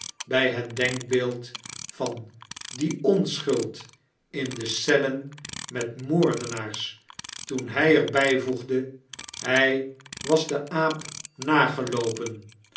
by het denkbeeld van die onschuld in de cellen met moordenaars toen hi er byvoegde hy was den aap nageloopen